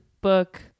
book